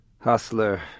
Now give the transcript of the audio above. hustler